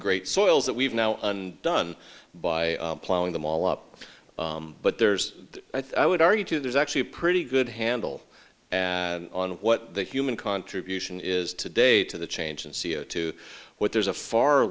great soils that we've now undone by plowing them all up but there's i would argue too there's actually a pretty good handle on what the human contribution is today to the change in c o two what there's a far